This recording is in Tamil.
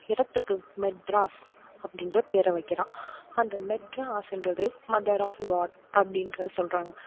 இடத்துக்கு மெட்ராஸ் அப்படின்ற பேரை வைக்கிறான் அந்த மெட்ராஸ்கிறது மதர் ஆஃப் காட் அப்படின்ற சொல்கிறாங்க